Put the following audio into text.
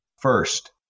First